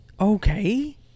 Okay